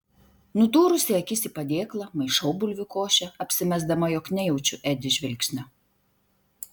nudūrusi akis į padėklą maišau bulvių košę apsimesdama jog nejaučiu edi žvilgsnio